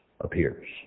appears